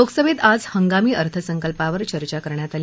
लोकसभेत आज हंगामी अर्थसंकल्पावर चर्चा करण्यात आली